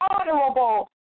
honorable